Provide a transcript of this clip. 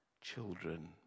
children